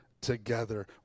together